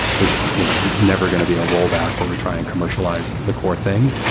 there's you know never going to be a rollback where we try and commercialize the core thing.